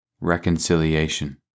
reconciliation